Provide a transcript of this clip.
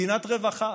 מדינת רווחה,